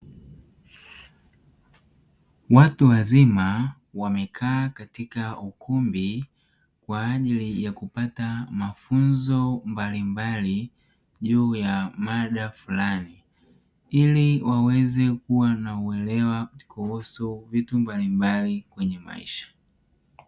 Watu wazima wamekaa katika ukumbi kwa ajili ya kupata mafunzo mbalimbali juu ya mada fulani ili waweze kuwa na uwelewa kuhusu vitu mbalimbali kwenye maisha.